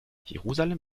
jerusalem